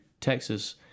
Texas